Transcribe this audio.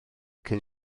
cyn